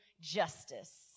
justice